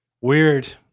Weird